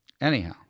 Anyhow